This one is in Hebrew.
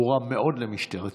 הוא רע מאוד למשטרת ישראל,